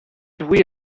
douée